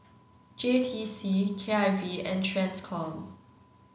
J T C K I V and TRANSCOM